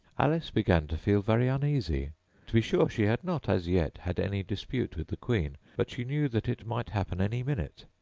alice began to feel very uneasy to be sure, she had not as yet had any dispute with the queen, but she knew that it might happen any minute,